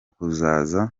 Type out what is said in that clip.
kuzaza